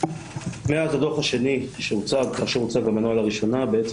מאז הדוח השני שהוצג כאשר הוצג המנוע לראשונה בעצם